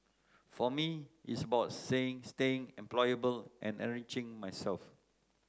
for me it's about saying staying employable and enriching myself